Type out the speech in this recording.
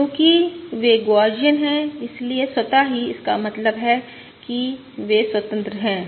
चूंकि वे गौसियन हैं इसलिए स्वतः ही इसका मतलब है कि वे स्वतंत्र हैं